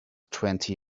twenty